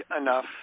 enough